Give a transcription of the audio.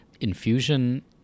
Infusion